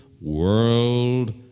world